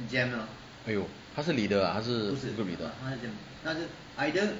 !aiyo! 她是 leader ah 她是 group leader